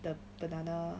the banana